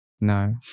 No